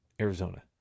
Arizona